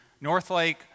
Northlake